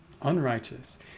unrighteous